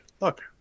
look